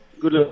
Good